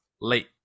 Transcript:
late